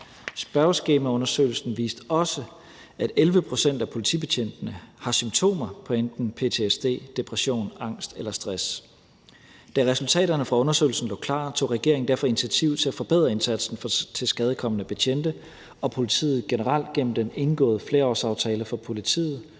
Spørgeskemaundersøgelsen viste også, at 11 pct. af politibetjentene har symptomer på enten ptsd, depression, angst eller stress. Da resultaterne fra undersøgelsen lå klar, tog regeringen derfor initiativ til at forbedre indsatsen for tilskadekomne betjente og for politiet generelt gennem den indgåede flerårsaftale for politiet